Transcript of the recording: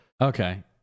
Okay